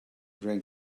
drank